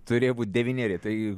turėjo būt devyneri tai